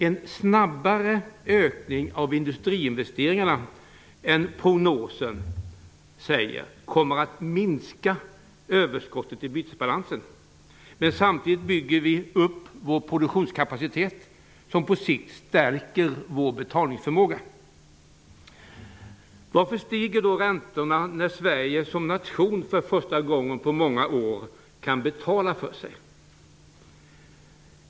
En betydligt snabbare ökning av industriinvesteringarna än vad prognosen visar kommer att minska överskottet i bytesbalansen, men samtidigt bygger vi upp vår produktionskapacitet, något som på sikt stärker vår betalningsförmåga. Varför stiger då räntorna när Sverige som nation för första gången på många år kan betala för sig?